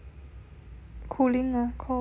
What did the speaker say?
cooling mah cold